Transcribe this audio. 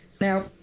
now